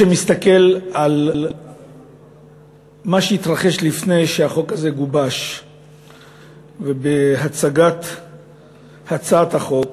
שמסתכל על מה שהתרחש לפני שהחוק הזה גובש ובהצגת הצעת החוק,